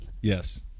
Yes